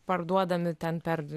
parduodami ten per